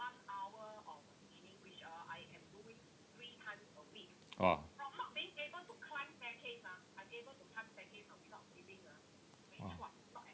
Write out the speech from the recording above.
!wah! !wah!